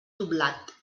doblat